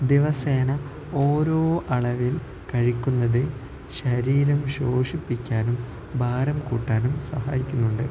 ദിവസേന ഓരോ അളവിൽ കഴിക്കുന്നത് ശരീരം പോഷിപ്പിക്കാനും ഭാരം കൂട്ടാനും സഹായിക്കുന്നുണ്ട്